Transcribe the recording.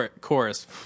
chorus